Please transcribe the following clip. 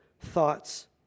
thoughts